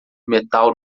metal